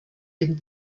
den